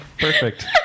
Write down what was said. Perfect